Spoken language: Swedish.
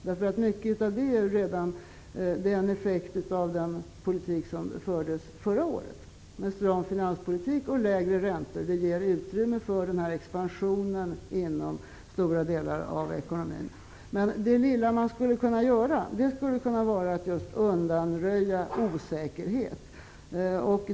Mycket i det avseendet är ju en effekt av den politik som fördes förra året. En stram finanspolitik och lägre räntor ger utrymme för en expansion inom stora delar av det ekonomiska området. Det lilla man skulle kunna göra är just att undanröja osäkerheten.